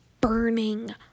burning